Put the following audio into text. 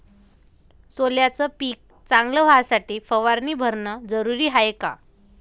सोल्याचं पिक चांगलं व्हासाठी फवारणी भरनं जरुरी हाये का?